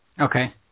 Okay